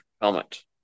helmet